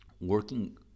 working